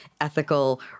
ethical